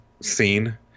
scene